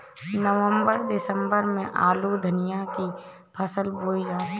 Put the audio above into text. नवम्बर दिसम्बर में आलू धनिया की फसल बोई जाती है?